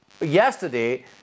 yesterday